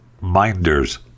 minders